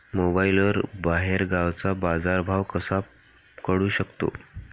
मोबाईलवर बाहेरगावचा बाजारभाव कसा कळू शकतो?